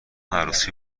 عروسی